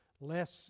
less